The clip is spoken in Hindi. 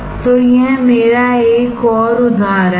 तो यह मेरा एक और उदाहरण है